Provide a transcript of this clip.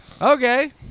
okay